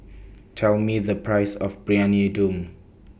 Tell Me The Price of Briyani Dum